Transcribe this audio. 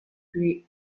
free